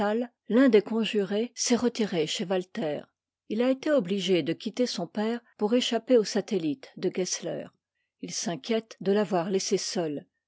l'un des conjurés s'est retiré chez walther il a été obligé de quitter son père pour échapper aux satellites de gessler il s'inquiète de l'avoir laissé seul